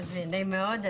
נעים מאוד.